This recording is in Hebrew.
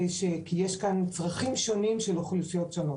כי יש כאן צרכים שונים של אוכלוסיות שונות.